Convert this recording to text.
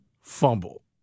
Fumble